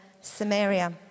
Samaria